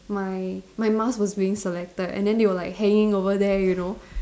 my my Mars was being selected and then they were like hanging over there you know